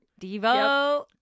Devo